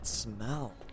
Smell